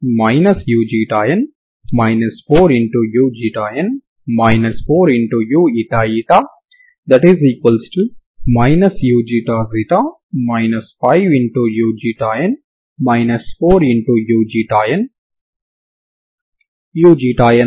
కాబట్టి semi infinity domain లో మీకు సమస్యను ఇచ్చినప్పుడు ఈ f మరియు g ల యొక్క ప్రారంభ సమాచారం తప్పనిసరిగా ఈ షరతులను సంతృప్తి పరచాలి